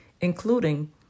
including